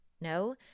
No